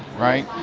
right?